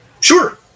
Sure